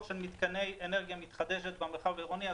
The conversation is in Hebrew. של מתקני אנרגיה מתחדשת במרחב העירוני.